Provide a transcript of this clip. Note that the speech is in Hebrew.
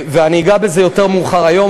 אני אגע בזה יותר מאוחר היום,